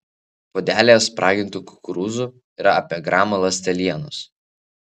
puodelyje spragintų kukurūzų yra apie gramą ląstelienos